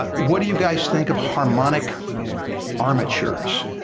ah what do you guys think of harmonic armatures?